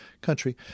country